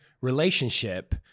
relationship